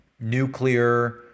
nuclear